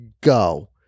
go